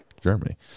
Germany